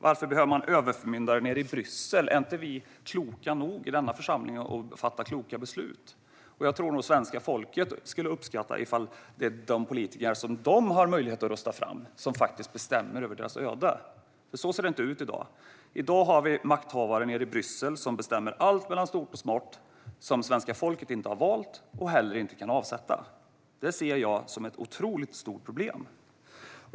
Varför behöver man överförmyndare nere i Bryssel? Är vi inte kloka nog i denna församling att fatta kloka beslut? Jag tror nog att svenska folket skulle uppskatta ifall det är de politiker de har möjlighet att rösta fram som faktiskt bestämmer över deras öde. Så ser det nämligen inte ut i dag. I dag har vi makthavare nere i Bryssel som bestämmer både stort och smått. Svenska folket har inte valt dem, och svenska folket kan inte heller avsätta dem. Det ser jag som ett otroligt stort problem.